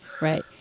Right